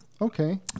Okay